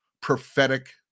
prophetic